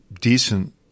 decent